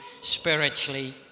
spiritually